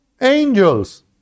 angels